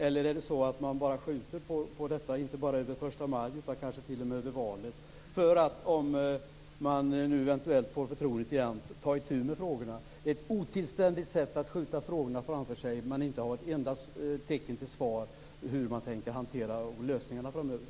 Eller skjuter man på detta inte bara över första maj utan kanske t.o.m. över valet för att ta itu med frågorna om man eventuellt får förtroendet igen? Det är ett otillständigt sätt att skjuta frågorna framför sig när man inte har ett enda tecken till svar på hur man tänker sig lösningarna framöver.